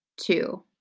Two